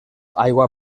aigua